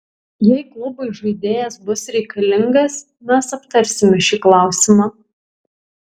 jei klubui žaidėjas bus reikalingas mes aptarsime šį klausimą